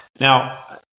Now